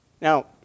Now